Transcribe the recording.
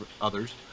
others